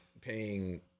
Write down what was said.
paying